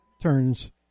turns